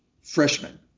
freshmen